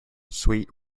sweet